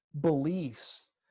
beliefs